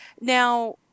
now